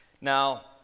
Now